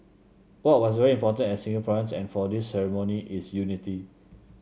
what was very important as Singaporeans and for this ceremony is unity